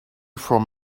from